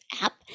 app